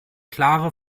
klare